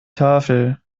tafel